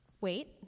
wait